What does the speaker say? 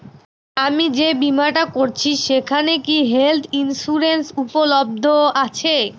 আমি যে বীমাটা করছি সেইখানে কি হেল্থ ইন্সুরেন্স উপলব্ধ আছে?